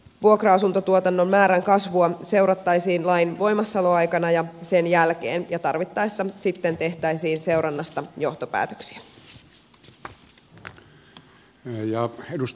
vuokra asuntotuotannon määrän kasvua seurattaisiin lain voimassaoloaikana ja sen jälkeen ja tarvit taessa sitten tehtäisiin seurannasta johtopäätöksiä